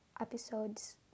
episodes